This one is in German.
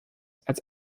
als